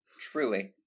Truly